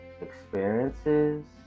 experiences